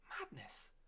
Madness